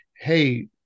Hey